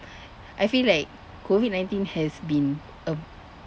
I feel like COVID nineteen has been a